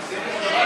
זה היה נראה